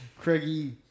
Craigie